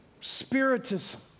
spiritism